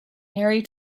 harry